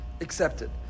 accepted